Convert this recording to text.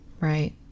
Right